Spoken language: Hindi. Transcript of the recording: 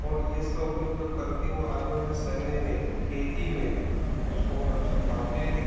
और गैस का उपयोग जब करके वो आने वाले समय में खेती में उसको वो रक्षक खाते हैं